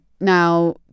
Now